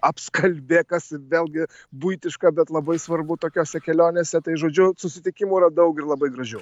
apskalbė kas vėlgi buitiška bet labai svarbu tokiose kelionėse tai žodžiu susitikimų yra daug ir labai gražių